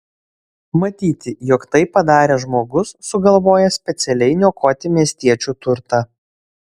matyti jog tai padarė žmogus sugalvojęs specialiai niokoti miestiečių turtą